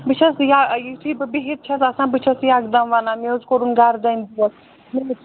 بہٕ چھَس یا یتھُے بہٕ بِہِتھ چھَس آسان بہٕ چھَس یَقدَم وَنان مےٚ حظ کوٚرُن گَرٕدَنۍ دۄد